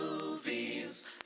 movies